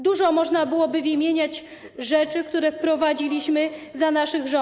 Dużo można byłoby wymieniać rzeczy, które wprowadziliśmy za naszych rządów.